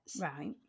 Right